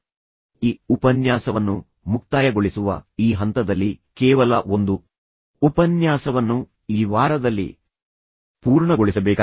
ಈ ಚಿಂತನೆಯನ್ನು ಮನಸ್ಸಿನಲ್ಲಿಟ್ಟುಕೊಂಡು ಈ ಉಪನ್ಯಾಸವನ್ನು ಮುಕ್ತಾಯಗೊಳಿಸುವ ಈ ಹಂತದಲ್ಲಿ ಕೇವಲ ಒಂದು ಉಪನ್ಯಾಸವನ್ನು ಈ ವಾರದಲ್ಲಿ ಪೂರ್ಣಗೊಳಿಸಬೇಕಾಗಿದೆ